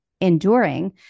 enduring